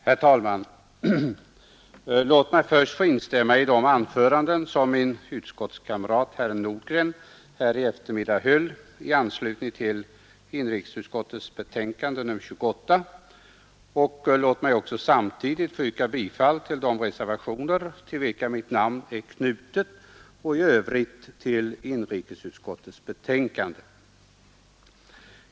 Herr talman! Låt mig först få instämma i de anföranden som min utskottskamrat herr Nordgren i eftermiddags höll i anslutning till inrikesutskottets betänkande nr 28, och låt mig samtidigt få yrka bifall till de reservationer till vilka mitt namn är knutet samt i övrigt bifall till inrikesutskottets hemställan.